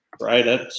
right